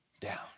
down